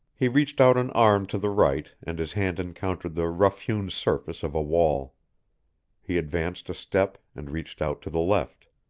he reached out an arm to the right and his hand encountered the rough-hewn surface of a wall he advanced a step and reached out to the left.